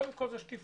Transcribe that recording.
קודם כל, שקיפות.